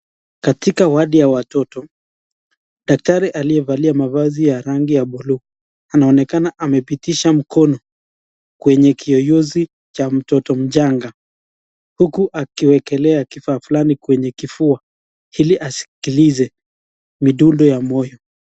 Katika wadi ya watoto, daktari aliyevalia mavazi ya rangi ya buluu anaonekana amepitisha mkono kwenye kiyoyozi cha mtoto mchanga uku akiwekelea kifaa fulani kwenye kifua ili asikilize midundo ya moyo.